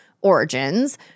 Origins